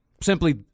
simply